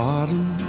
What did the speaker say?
Bottom